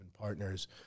partners